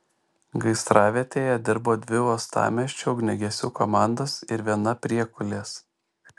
gaisravietėje dirbo dvi uostamiesčio ugniagesių komandos ir viena priekulės